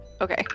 Okay